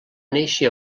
néixer